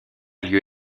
lieu